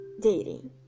dating